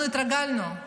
אנחנו התרגלנו.